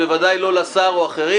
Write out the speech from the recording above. הוא לא השמיץ.